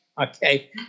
Okay